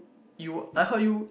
you I heard you